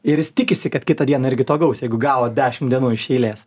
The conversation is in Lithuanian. ir jis tikisi kad kitą dieną irgi to gaus jeigu gavo dešim dienų iš eilės